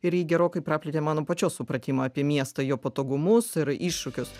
ir ji gerokai praplėtė mano pačios supratimą apie miestą jo patogumus ir iššūkius